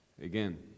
Again